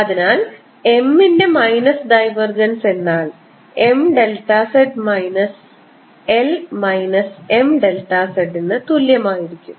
അതിനാൽ M ന്റെ minus divergence എന്നാൽ M delta z minus L minus M delta z ന് തുല്യമായിരിക്കും